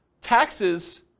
taxes